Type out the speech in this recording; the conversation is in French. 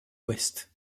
ouest